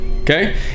okay